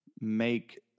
make